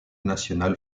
nationale